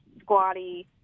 squatty